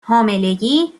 حاملگی